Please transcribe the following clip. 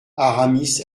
aramis